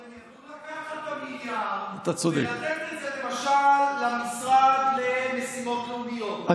אבל הם יכלו לקחת את המיליארד ולתת את זה למשל למשרד למשימות לאומיות,